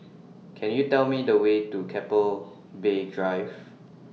Can YOU Tell Me The Way to Keppel Bay Drive